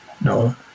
no